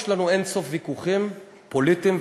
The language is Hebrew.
יש לנו אין-סוף ויכוחים פוליטיים,